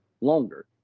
longer